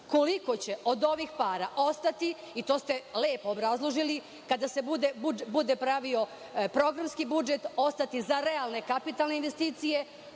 Koliko će od ovih para ostati i to ste lepo obrazložili kada se bude pravio programski budžet ostati za realne kapitalne investicije